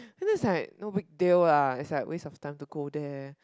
this is like no big deal lah it's like waste of time to go there